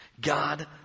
God